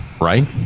right